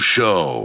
Show